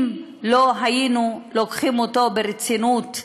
אם לא היינו לוקחים אותו ברצינות,